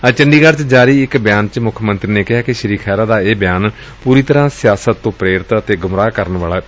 ਅੱਜ ਚੰਡੀਗੜ੍ ਚ ਜਾਰੀ ਇਕ ਬਿਆਨ ਚ ਮੁੱਖ ਮੰਤਰੀ ਨੇ ਕਿਹਾ ਕਿ ਸ੍ਰੀ ਖਹਿਰਾ ਦਾ ਇਹ ਬਿਆਨ ਪੂਰੀ ਤਰ੍ਵਾਂ ਸਿਆਸਤ ਤੋਂ ਪ੍ਰੇਰਿਤ ਅਤੇ ਗੁੰਮਰਾਹ ਕਰਨ ਵਾਲਾ ਏ